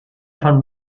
von